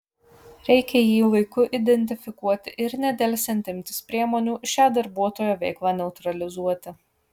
reikia jį laiku identifikuoti ir nedelsiant imtis priemonių šią darbuotojo veiklą neutralizuoti